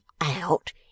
out